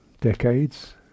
Decades